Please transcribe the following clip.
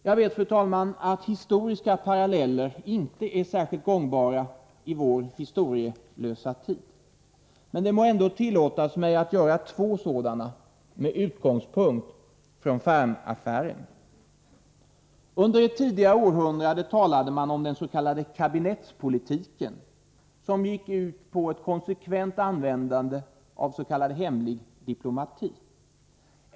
Jag vet, fru talman, att historiska paralleller inte är särskilt gångbara i vår historielösa tid. Men det må ändå tillåtas mig att göra två sådana med utgångspunkt i Fermaffären. Under ett tidigare århundrade talade man om den s.k. kabinettspolitiken, som gick ut på ett konsekvent användande av vad som kallas hemlig diplomati.